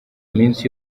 iminsi